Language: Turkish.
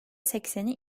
sekseni